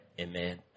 amen